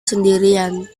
sendirian